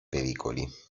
pericoli